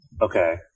Okay